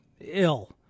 ill